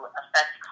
affect